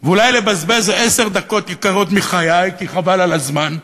ואולי לבזבז עשר דקות יקרות מחיי, כי חבל על הזמן,